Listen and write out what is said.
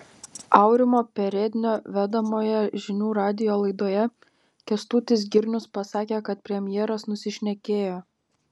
aurimo perednio vedamoje žinių radijo laidoje kęstutis girnius pasakė kad premjeras nusišnekėjo